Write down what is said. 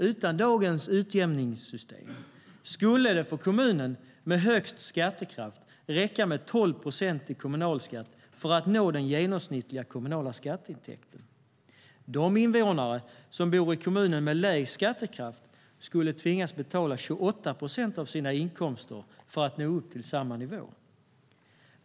Utan dagens utjämningssystem skulle det för kommunen med högst skattekraft räcka med 12 procent i kommunalskatt för att nå den genomsnittliga kommunala skatteintäkten. De invånare som bor i kommuner med lägst skattekraft skulle tvingas betala 28 procent av sina inkomster för att nå upp till samma nivå.